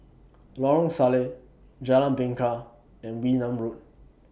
Lorong Salleh Jalan Bingka and Wee Nam Road